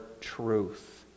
truth